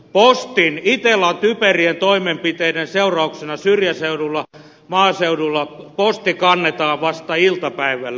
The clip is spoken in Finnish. postin itellan typerien toimenpiteiden seurauksena syrjäseudulla maaseudulla posti kannetaan vasta iltapäivällä